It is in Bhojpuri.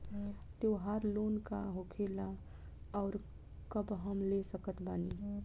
त्योहार लोन का होखेला आउर कब हम ले सकत बानी?